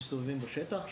שמסתובבים בשטח.